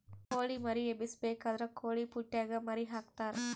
ಕೊಳಿ ಮರಿ ಎಬ್ಬಿಸಬೇಕಾದ್ರ ಕೊಳಿಪುಟ್ಟೆಗ ಮರಿಗೆ ಹಾಕ್ತರಾ